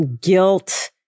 guilt